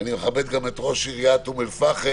ואני מכבד גם את ראש עיריית אום אל פאחם.